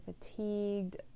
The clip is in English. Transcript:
fatigued